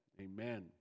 Amen